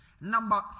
Number